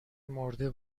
مرده